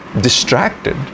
distracted